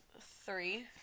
Three